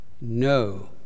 No